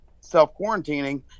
self-quarantining